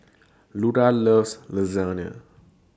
Luda loves Lasagne